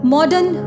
Modern